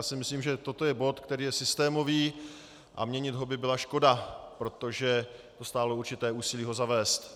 Myslím si, že toto je bod, který je systémový, a měnit ho by byla škoda, protože stálo určité úsilí ho zavést.